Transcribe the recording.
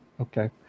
okay